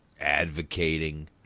advocating